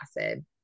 acid